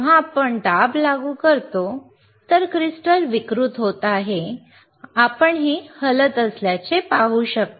जेव्हा आपण दबाव लागू करतो क्रिस्टल विकृत होत आहे आपण हे हलत असल्याचे पाहू शकता